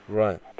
right